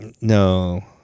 No